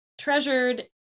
Treasured